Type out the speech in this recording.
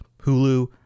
Hulu